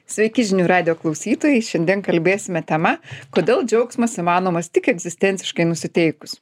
sveiki žinių radijo klausytojai šiandien kalbėsime tema kodėl džiaugsmas įmanomas tik egzistenciškai nusiteikus